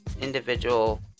individual